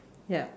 yup